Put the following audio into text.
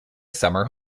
summer